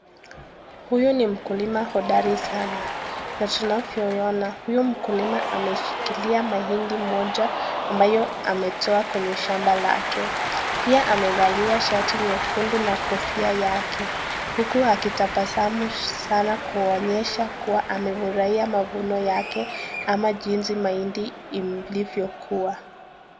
Huyu ni mkulima hodari sana na tunavyoiona huyu mkulima ameshikilia mahindi moja ambayo ametoa kwenye shamba lake. Pia amevalia shati nyekundu na kofia yake uku akitabasamu sana kuonyesha kuwa amefurahia mavuno yake ama jinsi mahindi ilivyokua.